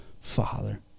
Father